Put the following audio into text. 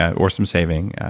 yeah or some saving,